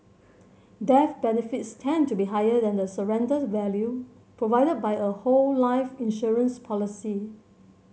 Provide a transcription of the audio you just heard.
death benefits tend to be higher than the surrenders value provided by a whole life insurance policy